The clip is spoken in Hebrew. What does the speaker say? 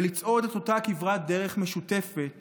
ולצעוד את אותה כברת דרך משותפת